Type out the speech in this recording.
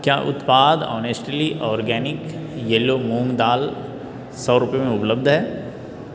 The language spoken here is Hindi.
क्या उत्पाद ऑनेस्टली आर्गेनिक येल्लो मूँग दाल सौ रुपये में उपलब्ध है